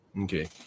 Okay